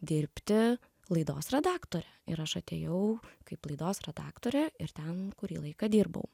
dirbti laidos redaktore ir aš atėjau kaip laidos redaktorė ir ten kurį laiką dirbau